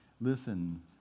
listen